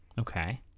okay